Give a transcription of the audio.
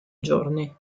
giorni